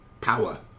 power